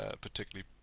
particularly